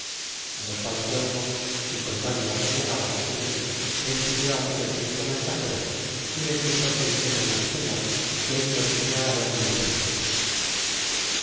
de lo qual se holgó y con dádivas y halagos que les hizo despidia aquellos cinco mensageros y les dixo que dixesen su señor que él los iria ver muy presto